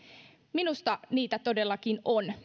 minusta niitä todellakin on